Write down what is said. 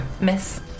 Miss